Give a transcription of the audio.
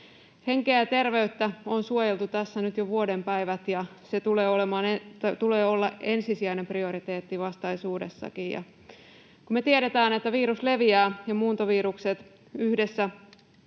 Henkeä ja terveyttä on suojeltu tässä nyt jo vuoden päivät, ja sen tulee olla ensisijainen prioriteetti vastaisuudessakin. Ja kun me tiedetään, että virus ja muuntovirukset leviävät